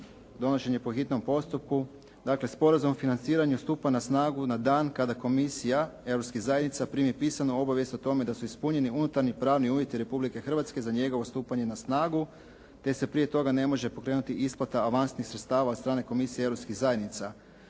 donošenje po hitnom postupku. Dakle, sporazum financiranja stupa na snagu na dan kada komisija i Europska zajednica primi pisanu obavijest o tome da su ispunjeni unutarnji pravni uvjeti Republike Hrvatske i njegovo stupanje na snagu te se prije svoga ne može pokrenuti isplata avansnih sredstava od strane komisije europske zajednica